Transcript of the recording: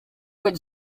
would